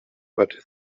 but